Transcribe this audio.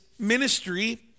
ministry